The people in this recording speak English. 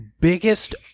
biggest